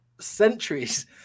centuries